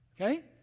Okay